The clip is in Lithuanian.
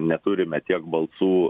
neturime tiek balsų